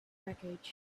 wreckage